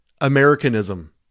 Americanism